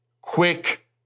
Quick